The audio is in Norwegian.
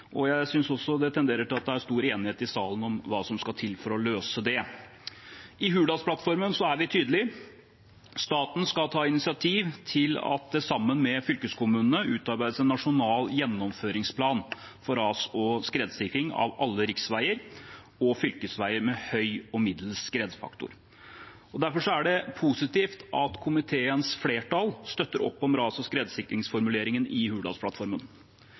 og jeg synes også det tenderer til at det er stor enighet i salen om hva som skal til for å løse det. I Hurdalsplattformen er vi tydelige: Staten skal «ta initiativ til at det sammen med fylkeskommunene utarbeides en nasjonal gjennomføringsplan for ras- og skredsikring av alle riksveier og fylkesveier med høy og middels skredfaktor». Derfor er det positivt at komiteens flertall støtter opp om ras- og skredsikringsformuleringen i